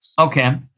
okay